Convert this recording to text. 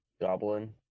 goblin